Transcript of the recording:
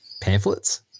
pamphlets